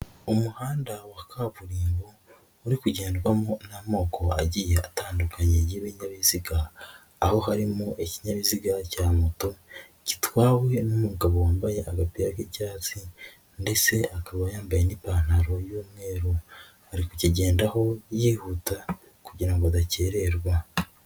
Umuhanda wa kaburimbo uri kugenrwamo n'amoko agiye atandukanye y'ibinyabiziga aho harimo ikinyabiziga cya moto gitwawe n'umugabo wambaye agapira k'ibyatsi ndetse akaba yambaye'ipantaro y'umweru, ari kukigendaho yihuta kugira ngo adakererwa.